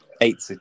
eight